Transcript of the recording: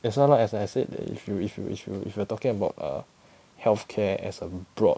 that's why lor as I said that if you if you if you if you are talking about err healthcare as a broad